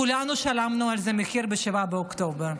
כולנו שילמנו על זה מחיר ב-7 באוקטובר.